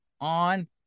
on